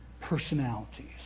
personalities